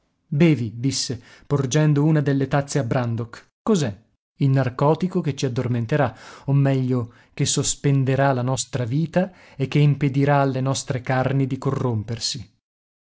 bevi disse porgendo una delle tazze a brandok cos'è il narcotico che ci addormenterà o meglio che sospenderà la nostra vita e che impedirà alle nostre carni di corrompersi